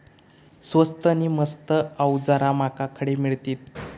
स्वस्त नी मस्त अवजारा माका खडे मिळतीत?